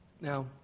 Now